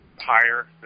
higher